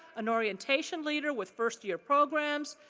an orientation leader with first year programs,